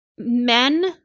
Men